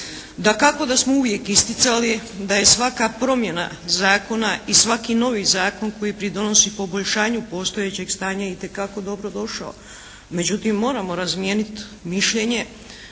Dakako da smo uvijek isticali da je svaka promjena zakona i svaki novi zakon koji pridonosi poboljšanju postojećeg stanja itekako dobro došao, međutim moramo razmijeniti mišljenje